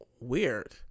weird